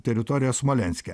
teritorijo smolenske